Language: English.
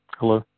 hello